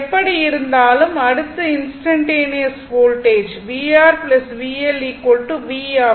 எப்படியிருந்தாலும் அடுத்து instantaneous voltage vR VL v ஆகும்